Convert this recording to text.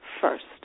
first